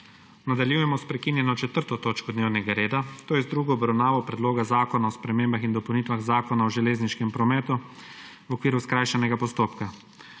Nadaljujemo s prekinjeno **4. točko dnevnega reda, to je na drugo obravnavo Predloga zakona o spremembah in dopolnitvah Zakona o železniškem prometu v okviru skrajšanega postopka.**